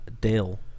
Dale